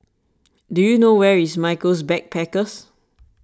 do you know where is Michaels Backpackers